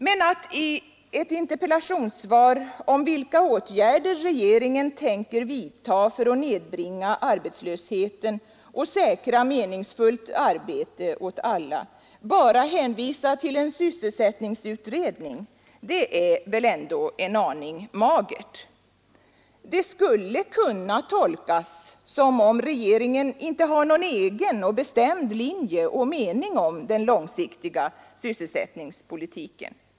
Men att man i ett interpellationssvar om vilka åtgärder regeringen tänker vidta för att nedbringa arbetslösheten och säkra meningsfullt arbete åt alla bara hänvisar till en sysselsättningsutredning är väl ändå en aning magert. Det skulle kunna tolkas som om regeringen inte har någon egen, bestämd linje och mening om den långsiktiga sysselsättnings politiken.